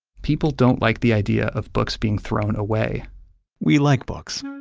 people don't like the idea of books being thrown away we like books,